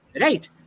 Right